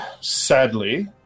sadly